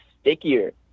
stickier